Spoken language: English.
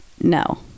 No